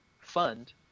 fund